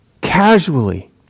casually